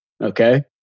okay